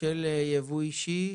של ייבוא אישי?